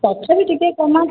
ତଥାପି ଟିକିଏ କମାନ୍ତୁ